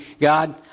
God